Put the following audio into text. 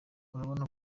urabona